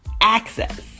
access